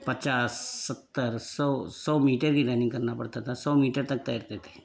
पचास सत्तर सौ सौ मीटर की रनिंग करना पड़ता था सौ मीटर तक तैरते थे